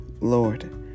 Lord